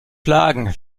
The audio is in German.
klagen